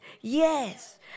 yes